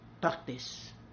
practice